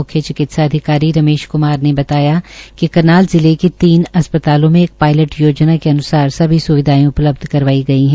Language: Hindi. मुख्य चिकित्सा अधिकारी रमेश क्मार ने बताया है कि करनाल जिले के तीन अस्पतालों में एक पायलट योजना के अन्सार सभी स्विधायें उपलब्ध करवाई गई है